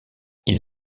ils